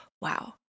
wow